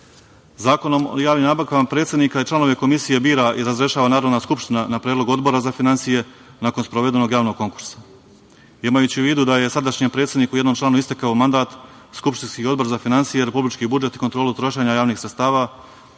nabavki. Zakonom o javnim nabavkama predsednika i članove Komisije bira i razrešava Narodna skupština na predlog Odbora za finansije nakon sprovedenog javnog konkursa. Imajući u vidu da je sadašnjem predsedniku i jednom članu istekao mandat, skupštinski Odbor za finansije, republički budžet i kontrolu trošenja javnih sredstava